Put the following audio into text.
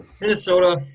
Minnesota